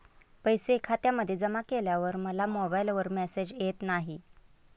पैसे खात्यामध्ये जमा केल्यावर मला मोबाइलवर मेसेज येत नाही?